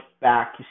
back